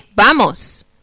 vamos